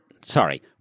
sorry